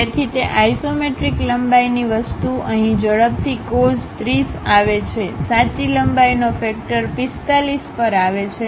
તેથી તે આઇસોમેટ્રિક લંબાઈની વસ્તુ અહીં ઝડપથી cos30 આવે છે સાચી લંબાઈનો ફેક્ટર 45 પર આવે છે